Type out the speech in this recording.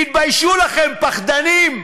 תתביישו לכם, פחדנים.